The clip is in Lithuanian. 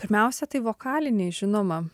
pirmiausia tai vokaliniai žinoma